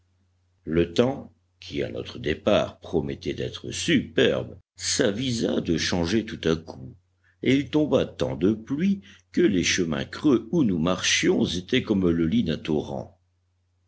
le temps qui à notre départ promettait d'être superbe s'avisa de changer tout à coup et il tomba tant de pluie que les chemins creux où nous marchions étaient comme le lit